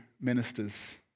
ministers